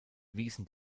wiesen